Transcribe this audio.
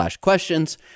questions